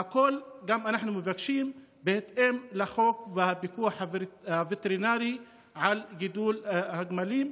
הכול אנחנו מבקשים בהתאם לחוק והפיקוח הווטרינרי על גידול הגמלים,